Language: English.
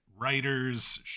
writers